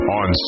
on